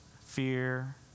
fear